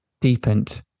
deepened